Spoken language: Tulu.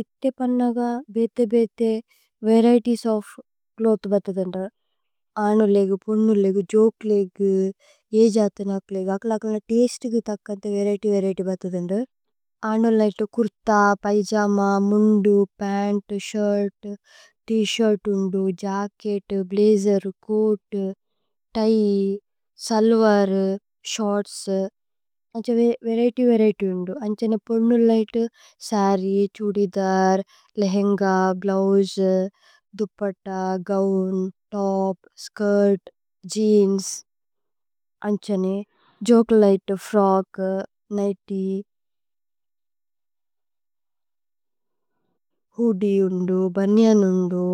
ഇഥേ പന്നഗ ബേഥേ ബേഥേ വരിഏതിഏസ്। ഓഫ് ച്ലോഥ് ബത്ഥഥന്ദു അനുലേഗേ പോന്നുലേഗേ। ജോകുലേഗേ ഏജാഥനകുലേഗേ അക്കല അക്കല തസ്തിഗേ। തക്കന്ഥേ വരിഏത്യ് വരിഏത്യ് ബത്ഥഥന്ദു അനുലേഗേ। Kurta, pyjama, mundu, pant, shirt, T-shirt. ഉന്ദു jacket, blazer, coat, tie, salwar, shorts. അന്ഛേ വരിഏത്യ് വരിഏത്യ് ഉന്ദു അന്ഛേ പോന്നുലേഗേ। Sari, churidar, lehenga, blouse, dupatta. Gown, top, skirt, jeans അന്ഛേ ജോകുലേഗേ ഫ്രോഗ്। നിഘ്തിഏ ഹൂദിഏ ഉന്ദു ബുന്യന് ഉന്ദു